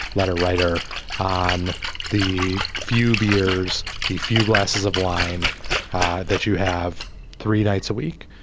letter writer on the few beers the few glasses of wine that you have three nights a week.